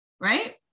Right